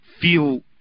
feel